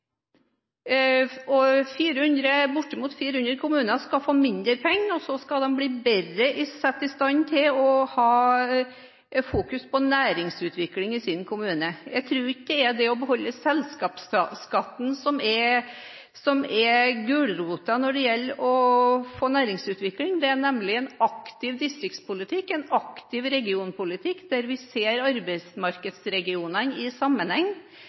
Bortimot 400 kommuner skal få mindre penger, og så skal de bli satt bedre i stand til å ha fokus på næringsutvikling. Jeg tror ikke at det å beholde selskapsskatten er gulroten når det gjelder å få næringsutvikling – det er nemlig en aktiv distrikts- og regionpolitikk, der vi ser arbeidsmarkedsregionene i sammenheng,